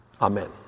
Amen